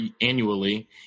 annually